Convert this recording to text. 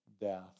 death